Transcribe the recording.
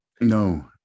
No